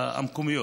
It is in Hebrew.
המקומית.